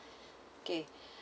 okay